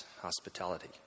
hospitality